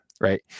right